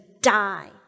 die